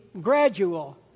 gradual